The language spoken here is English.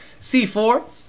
C4